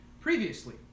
previously